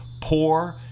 poor